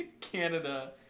Canada